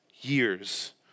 years